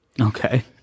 Okay